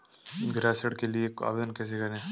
गृह ऋण के लिए आवेदन कैसे करें?